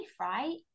right